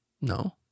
No